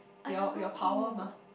your your power mah